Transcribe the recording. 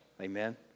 Amen